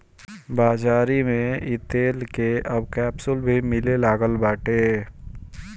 बाज़ारी में इ तेल कअ अब कैप्सूल भी मिले लागल बाटे